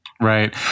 Right